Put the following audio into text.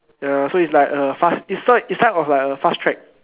ya so it is like a fast is like is like of a fast track